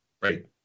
Right